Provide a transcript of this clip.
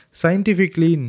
scientifically